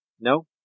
No